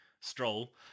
Stroll